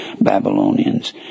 Babylonians